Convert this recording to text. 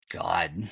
God